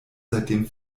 seitdem